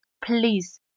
please